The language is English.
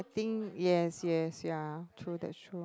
think yes yes ya true that's true